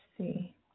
see